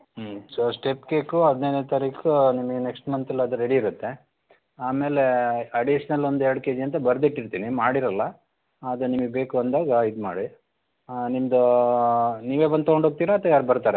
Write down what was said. ಹ್ಞೂ so step cake ಹದ್ನೈದನೇ ತಾರೀಕು ನಿಮಗೆ ನೆಕ್ಷ್ಟ್ ಮಂತಲ್ಲಿ ಅದು ರೆಡಿ ಇರುತ್ತೆ ಆಮೇಲೆ ಅಡಿಷ್ನಲ್ ಒಂದು ಎರ್ಡು ಕೆ ಜಿ ಅಂತ ಬರೆದಿಟ್ಟಿರ್ತೀನಿ ಮಾಡಿರೋಲ್ಲ ಅದು ನಿಮಗೆ ಬೇಕು ಅಂದಾಗ ಇದು ಮಾಡಿ ನಿಮ್ದು ನೀವೇ ಬಂದು ತೊಗೊಂಡೋಗ್ತೀರ ಅಥ್ವಾ ಯಾರು ಬರ್ತಾರೆ